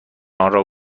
آنرا